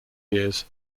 years